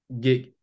get